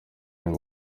niba